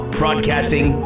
broadcasting